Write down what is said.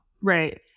Right